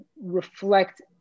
reflect